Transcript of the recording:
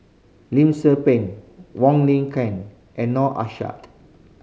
Lim Tze Peng Wong Lin Ken and Noor Aishah